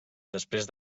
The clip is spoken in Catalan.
després